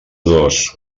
dos